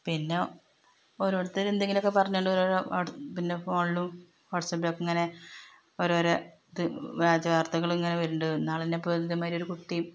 പിന്ന ഓരോരുത്തർ എന്തെങ്കിലുമൊക്കെ പറഞ്ഞ് കൊണ്ട് ഓരോരോ വ പിന്നെ ഫോണിലും വാട്സാപ്പിലുമൊക്കെ ഇങ്ങനെ ഓരോരോ ഇത് വ്യാജവാർത്തകൽ ഇങ്ങനെ വരുന്നുണ്ട് ഇന്ന ആൾ തന്നെ ഇപ്പോൾ ഇതേമാതിരി ഒരു കുട്ടി